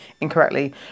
incorrectly